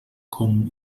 com